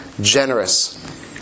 generous